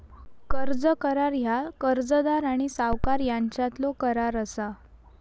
कर्ज करार ह्या कर्जदार आणि सावकार यांच्यातलो करार असा